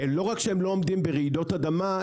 לא רק שהם לא עומדים ברעידות אדמה,